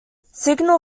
signal